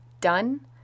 done